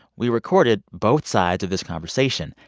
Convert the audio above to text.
we recorded both sides of this conversation.